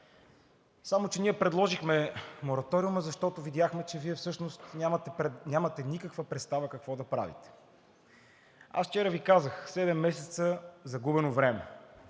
Само че ние предложихме мораториума, защото видяхме, че Вие всъщност нямате никаква представа какво да правите. Вчера Ви казах: седем месеца загубено време.